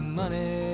money